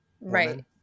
Right